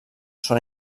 són